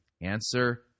answer